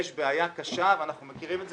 יש בעיה קשה ואנחנו מכירים את זה